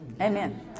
amen